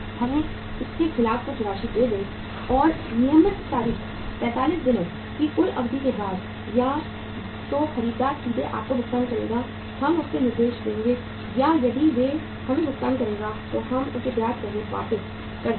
हमें इसके खिलाफ कुछ राशि दें और नियत तारीख पर 45 दिनों की कुल अवधि के बाद या तो खरीदार सीधे आपको भुगतान करेगा हम उसे निर्देश देंगे या यदि वह हमें भुगतान करेगा तो हम उसे ब्याज सहित वापस कर देंगे